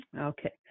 Okay